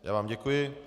Já vám děkuji.